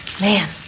Man